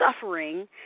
suffering